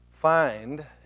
find